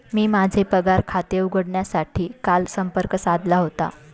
मी माझे पगार खाते उघडण्यासाठी काल संपर्क साधला होता